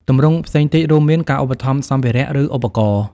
ទម្រង់ផ្សេងទៀតរួមមាន ការឧបត្ថម្ភសម្ភារៈ ឬឧបករណ៍។